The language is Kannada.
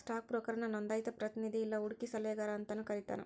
ಸ್ಟಾಕ್ ಬ್ರೋಕರ್ನ ನೋಂದಾಯಿತ ಪ್ರತಿನಿಧಿ ಇಲ್ಲಾ ಹೂಡಕಿ ಸಲಹೆಗಾರ ಅಂತಾನೂ ಕರಿತಾರ